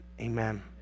Amen